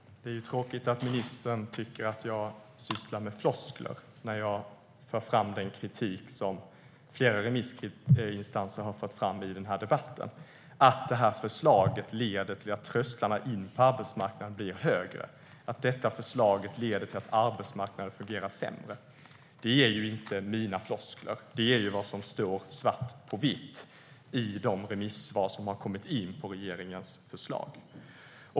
Herr talman! Det är tråkigt att ministern tycker att jag sysslar med floskler när jag tar upp den kritik som flera remissinstanser har fört fram i debatten. Förslaget leder till att trösklarna in på arbetsmarknaden blir högre. Förslaget leder till att arbetsmarknaden fungerar sämre. Det är inte mina floskler. Det är vad som står svart på vitt i de remissvar som har kommit in på regeringens förslag.